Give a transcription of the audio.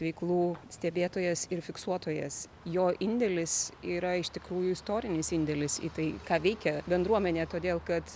veiklų stebėtojas ir fiksuotojas jo indėlis yra iš tikrųjų istorinis indėlis į tai ką veikia bendruomenė todėl kad